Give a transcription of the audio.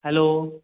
hello